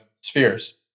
spheres